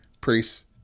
priests